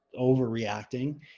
overreacting